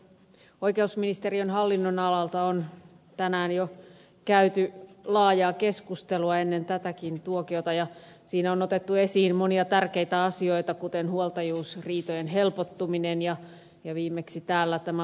oikeusministeriön hallinnonalalta on tänään jo käyty laajaa keskustelua ennen tätäkin tuokiota ja siinä on otettu esiin monia tärkeitä asioita kuten huoltajuusriitojen helpottuminen ja viimeksi täällä oikeudenkäyntien kustannukset